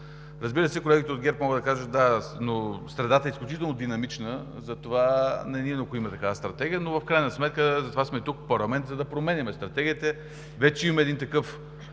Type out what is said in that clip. Разбира се, колегите от ГЕРБ могат да кажат, че средата е изключително динамична и затова не ни е необходима такава стратегия, но в крайна сметка затова сме тук в парламента, за да променяме стратегиите. Вече имаме един такъв